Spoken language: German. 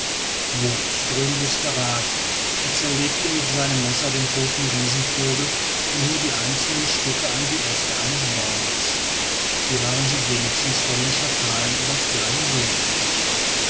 wonström wußte rat er zerlegte mit seinem messer den toten riesenvogel und hing die einzelnen stücke an die äste eines baumes hier waren sie wenigstens vor den schakalen oder kleinen wölfen sicher